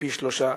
פי-שלושה,